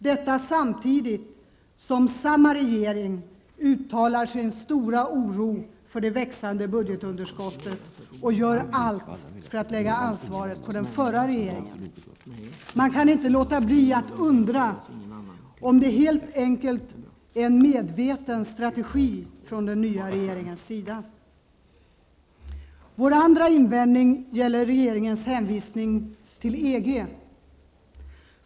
Detta sker samtidigt som samma regering uttalar sin stora oro för det växande budgetunderskottet och gör allt för att lägga ansvaret på den förra regeringen. Man kan inte låta bli att undra om det helt enkelt är en medveten strategi från den nya regeringens sida. Vår andra invändning gäller regeringens hänvisning till EG.